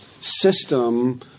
system